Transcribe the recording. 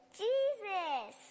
jesus